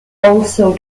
also